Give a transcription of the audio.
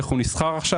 איך נסחר כעת.